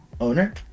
owner